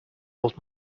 old